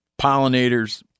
pollinators